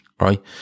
right